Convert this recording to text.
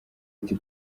ati